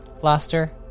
blaster